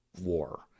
war